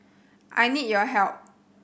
I need your help